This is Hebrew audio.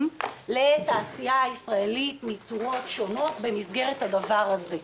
לתעשייה הישראלית בצורות שונות במסגרת הדבר הזה.